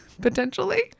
Potentially